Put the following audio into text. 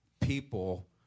people